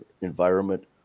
environment